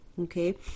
okay